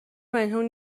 پنهون